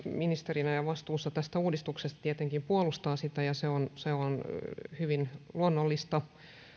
ministerinä ja vastuussa tästä uudistuksesta puolustaa sitä ja se on se on hyvin luonnollista